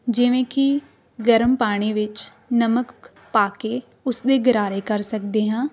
ਜਿਵੇਂ ਕਿ ਗਰਮ ਪਾਣੀ ਵਿੱਚ ਨਮਕ ਪਾ ਕੇ ਉਸਦੇ ਗਰਾਰੇ ਕਰ ਸਕਦੇ ਹਾਂ